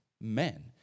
men